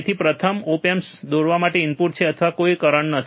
તેથી પ્રથમ op amp દોરવા માટે ઇનપુટ છે અથવા કોઈ કરન્ટ નથી